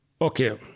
Okay